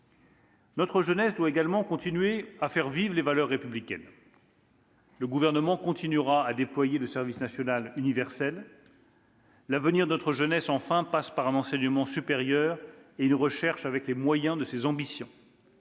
Notre jeunesse doit également continuer à faire vivre les valeurs républicaines. Le Gouvernement poursuivra le déploiement du service national universel. « L'avenir de notre jeunesse, enfin, passe par un enseignement supérieur et une recherche qui aient les moyens de leurs ambitions.